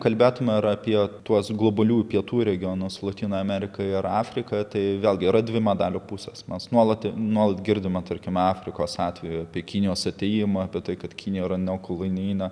kalbėtume ir apie tuos globalių pietų regionus lotynų ameriką ir afriką tai vėlgi yra dvi medalio pusės mes nuolat nuolat girdime tarkime afrikos atveju apie kinijos atėjimą apie tai kad kinija yra ne kolonijinė